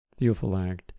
Theophylact